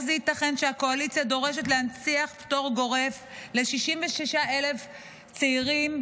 איך זה ייתכן שהקואליציה דורשת להנציח פטור גורף ל-66,000 צעירים,